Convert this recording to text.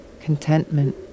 contentment